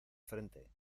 frente